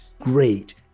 great